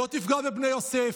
לא תפגע בבני יוסף,